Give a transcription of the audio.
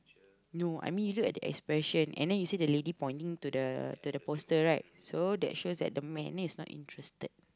no I mean you look at the expression and then you see the lady pointing to the to the poster right so this shows that the man is not interested